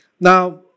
Now